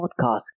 Podcast